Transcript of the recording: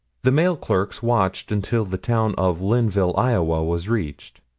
the mail-clerks watched until the town of linville, iowa, was reached.